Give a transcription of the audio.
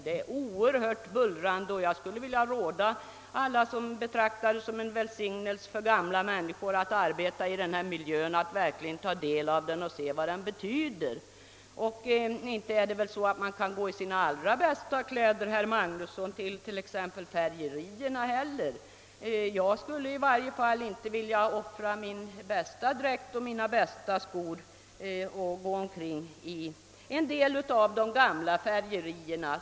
Det är oerhört bullrigt, och jag skulle vilja råda alla som anser det vara en välsignelse för gamla människor att få arbeta i denna miljö att verkligen lära känna den och se vad den innebär. Inte kan man, herr Magnusson, gå i sina allra bästa kläder till exempelvis i färgerierna. I varje fall skulle inte jag vilja offra min bästa dräkt och mina skor genom att gå i vissa av de gamla textilfabrikerna.